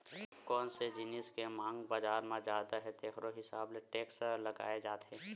कोन से जिनिस के मांग बजार म जादा हे तेखरो हिसाब ले टेक्स लगाए जाथे